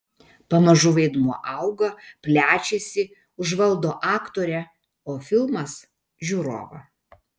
pamažu vaidmuo auga plečiasi užvaldo aktorę o filmas žiūrovą